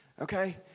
Okay